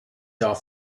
off